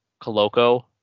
Coloco